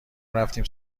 رفتیم